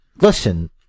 Listen